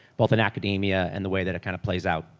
both in academia and the way that it kind of plays out?